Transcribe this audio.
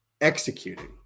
executing